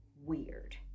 weird